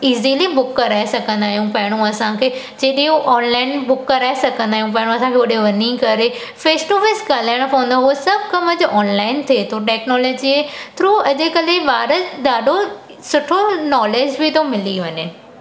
easily book कराए सघंदा आहियूं पहिरियों असांखे सीटियूं ऑनलाइन बुक कराए सघंदा आहियूं पहिरियों असांखे होॾे वञी करे फेस टू फेस ॻाल्हाइणो पवंदो उहो सभु कमु अॼु ऑनलाइन थिए थो टेक्नोलॉजी थ्रू अॼकल्ह ॿार ॾाढो सुठो नॉलिज़ बि थो मिली वञे